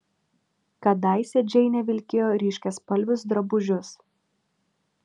kadaise džeinė vilkėjo ryškiaspalvius drabužius